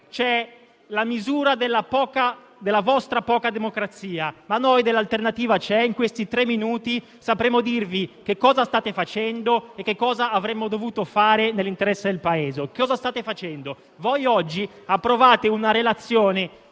c'è la misura della vostra poca democrazia, ma noi di L'alternativa c'è in questi tre minuti sapremo dirvi che cosa state facendo e che cosa avremmo dovuto fare nell'interesse del Paese. Quanto a ciò che state facendo, voi oggi approvate una relazione